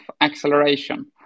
acceleration